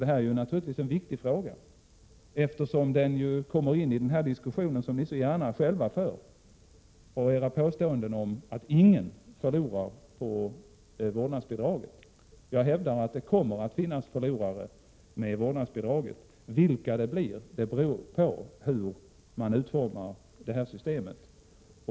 Detta är naturligtvis en viktig fråga, eftersom den kommer in i den här diskussionen, som ni själva så gärna för, och med tanke på era påståenden om att ingen förlorar på vårdnadsbidraget. Jag hävdar att det kommer att finnas förlorare med vårdnadsbidraget — vilka det blir beror på hur man utformar systemet.